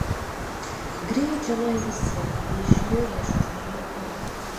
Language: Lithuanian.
greit čionai visi ji išniro iš už namo kampo